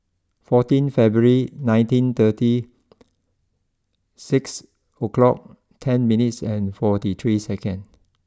fourteen February nineteen thirty six o'clock ten minutes and forty three seconds